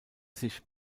sich